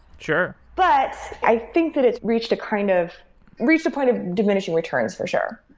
sure but i think that it's reached a kind of reached a point of diminishing returns for sure.